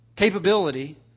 Capability